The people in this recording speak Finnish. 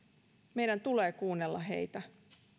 meidän tulee kuunnella heitä